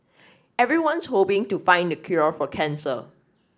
everyone's hoping to find the cure for cancer